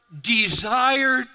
desired